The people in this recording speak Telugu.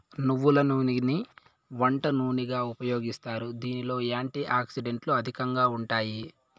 నువ్వుల నూనెని వంట నూనెగా ఉపయోగిస్తారు, దీనిలో యాంటీ ఆక్సిడెంట్లు అధికంగా ఉంటాయి